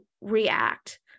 react